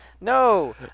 no